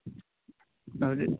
ꯍꯧꯖꯤꯛ